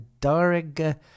Darig